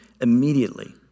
Immediately